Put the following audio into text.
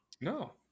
No